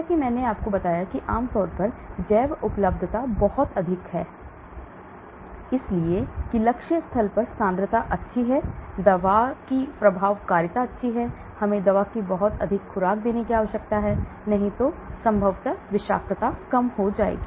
जैसा कि मैंने कहा कि आमतौर पर जैवउपलब्धता बहुत अधिक है और इसलिए कि लक्ष्य स्थल पर सांद्रता अच्छी है दवा की प्रभावकारिता अच्छी है हमें दवा की बहुत अधिक खुराक देने की आवश्यकता नहीं है ताकि संभवतः विषाक्तता भी कम हो सके